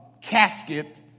casket